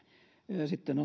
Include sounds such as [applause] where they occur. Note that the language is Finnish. sitten [unintelligible]